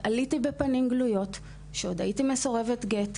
עליתי בפנים גלויות כשעוד הייתי מסורבת גט,